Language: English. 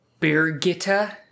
Birgitta